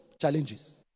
challenges